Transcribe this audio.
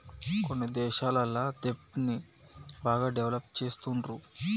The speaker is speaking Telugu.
కొన్ని దేశాలల్ల దెబ్ట్ ని బాగా డెవలప్ చేస్తుండ్రు